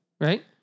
Right